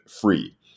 free